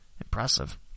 Impressive